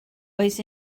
oes